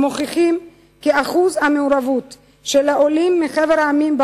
המוכיחים כי שיעור המעורבות של העולים מחבר המדינות